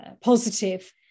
positive